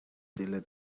delayed